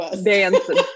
dancing